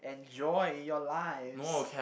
enjoy your lives